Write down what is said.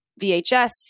vhs